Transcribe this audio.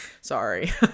Sorry